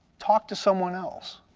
talk to someone else.